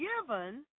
given